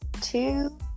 two